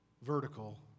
vertical